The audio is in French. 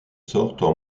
sortent